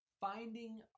finding